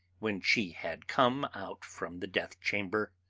when she had come out from the death-chamber